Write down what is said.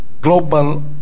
global